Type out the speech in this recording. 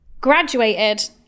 graduated